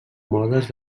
modes